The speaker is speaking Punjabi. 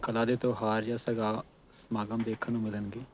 ਕਲਾ ਦੇ ਤਿਉਹਾਰ ਜਾਂ ਸਗਾ ਸਮਾਗਮ ਦੇਖਣ ਨੂੰ ਮਿਲਣਗੇ